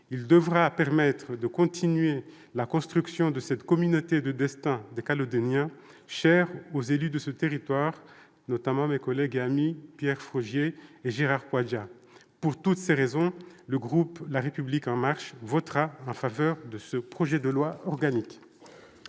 Il devra permettre de continuer la construction de cette communauté de destin des Calédoniens, chère aux élus de ce territoire, notamment mes collègues et amis, Pierre Frogier et Gérard Poadja. Pour toutes ces raisons, le groupe La République En Marche votera en faveur de ce projet de loi organique.